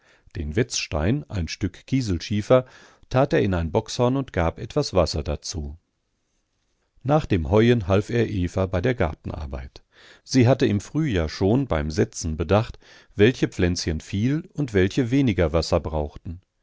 den wetzstein ein stück kieselschiefer tat er in ein bockshorn und etwas wasser dazu nach dem heuen half er eva bei der gartenarbeit sie hatte im frühjahr schon beim setzen bedacht welche pflänzchen viel und welche weniger wasser brauchten